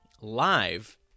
live